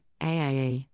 AIA